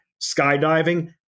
skydiving –